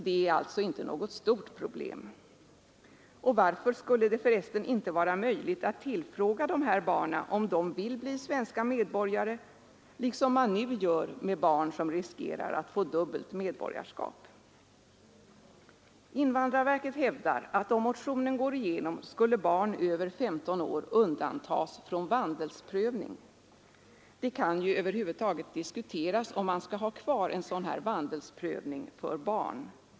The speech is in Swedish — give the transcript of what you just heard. Det är alltså inte något stort problem. Varför skulle det för resten inte vara möjligt att tillfråga de här barnen om de vill bli svenska medborgare liksom man nu gör med barn som riskerar att få dubbelt medborgarskap? Invandrarverket hävdar att om motionen går igenom skulle barn över 15 år undantas från vandelsprövning. Det kan över huvud taget diskuteras om man skall ha kvar vandelsprövning för barn.